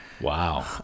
wow